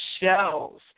shells